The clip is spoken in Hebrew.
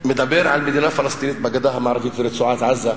מדבר על מדינה פלסטינית בגדה המערבית ורצועת-עזה,